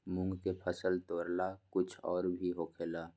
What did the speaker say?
मूंग के फसल तोरेला कुछ और भी होखेला?